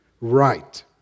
right